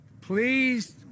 please